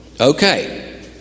Okay